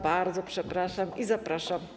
Bardzo przepraszam i zapraszam.